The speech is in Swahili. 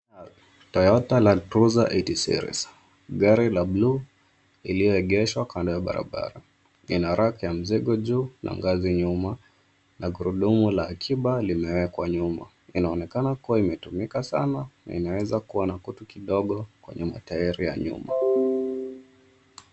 Toyota Land Cruiser 80 Series Gari la bluu iliyoegeeshwa kando ya barabara. Ina rack ya mzigo juu na ngazi nyuma na gurudumu la akiba limeekwa nyuma. Inaonekana kuwa imetumika sana na inaweza kuwa na kutu kwenye matairi ya nyuma.